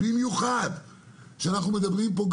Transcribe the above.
במיוחד שאנחנו מדברים פה,